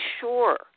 sure